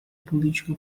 política